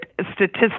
statistics